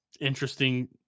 interesting